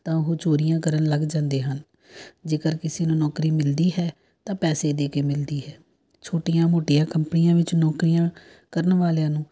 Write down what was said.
ਤਾਂ ਉਹ ਚੋਰੀਆਂ ਕਰਨ ਲੱਗ ਜਾਂਦੇ ਹਨ ਜੇਕਰ ਕਿਸੇ ਨੂੰ ਨੌਕਰੀ ਮਿਲਦੀ ਹੈ ਤਾਂ ਪੈਸੇ ਦੇ ਕੇ ਮਿਲਦੀ ਹੈ ਛੋਟੀਆਂ ਮੋਟੀਆਂ ਕੰਪਨੀਆਂ ਵਿੱਚ ਨੌਕਰੀਆਂ ਕਰਨ ਵਾਲਿਆਂ ਨੂੰ